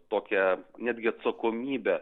tokią netgi atsakomybę